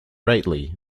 rightly